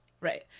Right